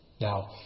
Now